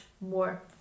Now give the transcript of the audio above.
more